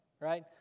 right